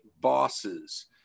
bosses